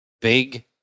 big